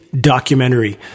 documentary